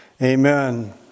Amen